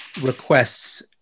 requests